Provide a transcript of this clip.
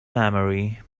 memory